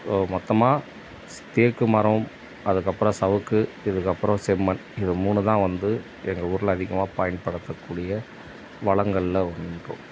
மொத்தமாக ஸ் தேக்கு மரம் அதுக்கப்புறம் சவுக்கு இதுக்கப்புறோம் செம்மண் இது மூணு தான் வந்து எங்கள் ஊரில் அதிகமாக பயன்படுத்தக்கூடிய வளங்களில் ஒன்று